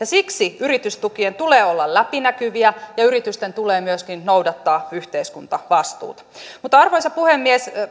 siksi yritystukien tulee olla läpinäkyviä ja yritysten tulee myöskin noudattaa yhteiskuntavastuuta mutta arvoisa puhemies